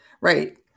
right